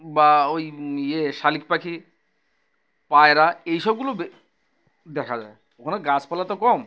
বা ওই ইয়ে শালিক পাখি পায়রা এইসবগুলো দেখা যায় ওখানে গাছপালা তো কম